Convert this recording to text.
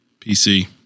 PC